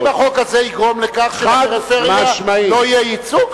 האם החוק הזה יגרום לכך שלפריפריה לא יהיה ייצוג?